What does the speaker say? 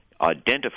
identify